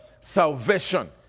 salvation